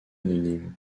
anonymes